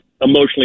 emotionally